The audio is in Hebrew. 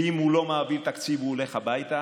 ואם הוא לא מעביר תקציב הוא הולך הביתה,